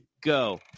go